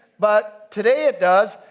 but today it does.